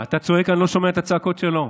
היית צדיק גדול פעם.